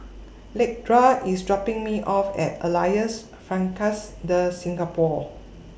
Lakendra IS dropping Me off At Alliance Francaise De Singapour